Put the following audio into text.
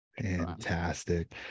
Fantastic